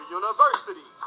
university